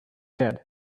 said